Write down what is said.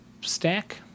stack